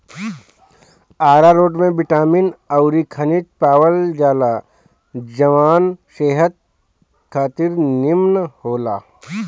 आरारोट में बिटामिन अउरी खनिज पावल जाला जवन सेहत खातिर निमन होला